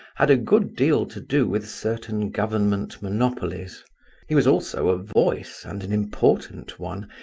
had a good deal to do with certain government monopolies he was also a voice, and an important one,